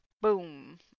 boom